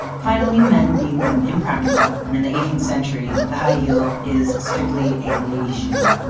finally, men deemed them impractical and in the eighteenth century, the high heel is strictly a lady shoe.